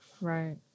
Right